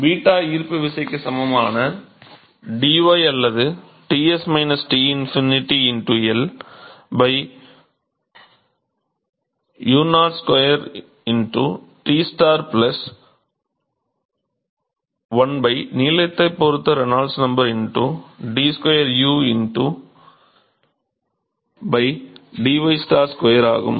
𝞫 ஈர்ப்பு விசைக்கு சமமான dy அது Ts T∞ L u02 T 1 நீளத்தை பொறுத்த Reynolds number d 2 u d y 2 ஆகும்